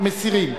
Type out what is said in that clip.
מסירים.